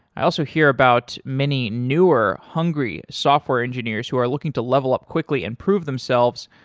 i also hear about many newer hungry software engineers who are looking to level up quickly and prove themselves,